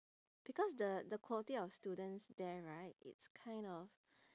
because the the quality of students there right it's kind of